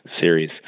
series